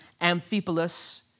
Amphipolis